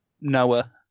Noah